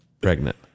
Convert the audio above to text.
pregnant